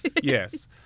yes